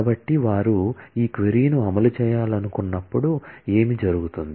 కాబట్టి వారు ఈ క్వరీ ను అమలు చేయాలనుకున్నప్పుడు ఏమి జరుగుతుంది